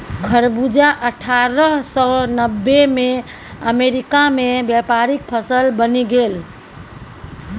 खरबूजा अट्ठारह सौ नब्बेमे अमेरिकामे व्यापारिक फसल बनि गेल